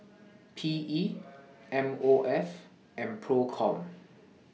P E M O F and PROCOM